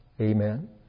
Amen